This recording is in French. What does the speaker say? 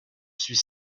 suis